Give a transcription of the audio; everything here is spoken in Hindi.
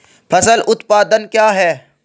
फसल उत्पादन क्या है?